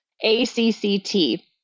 A-C-C-T